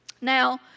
Now